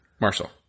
Marshall